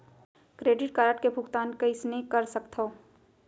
Credit card के भुगतान कइसने कर सकथो?